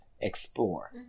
explore